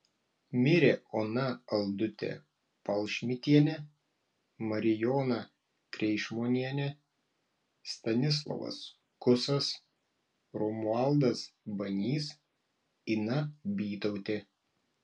mirė ona aldutė palšmitienė marijona kreišmonienė stanislovas kusas romualdas banys ina bytautė